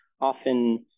often